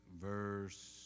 verse